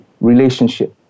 relationship